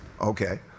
Okay